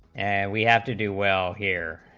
we have to do well here